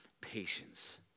patience